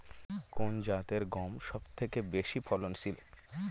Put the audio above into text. কোন জাতের গম সবথেকে বেশি ফলনশীল?